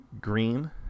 green